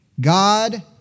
God